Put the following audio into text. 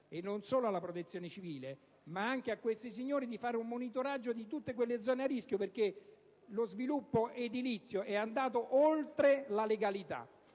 e non solo alla Protezione civile, di realizzare un monitoraggio di tutte le zone a rischio, perché lo sviluppo edilizio è andato oltre la legalità.